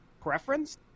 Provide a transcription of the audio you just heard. preference